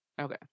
Okay